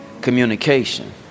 communication